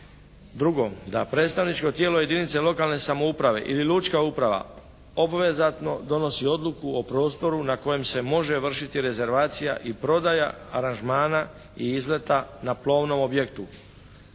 Drugo. Da predstavničko tijelo jedinica lokalne samouprave ili lučka uprava obavezatno donosi odluku o prostoru na kojem se može vršiti rezervacija i prodaja aranžmana i izleta na plovnom objektu,